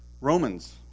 Romans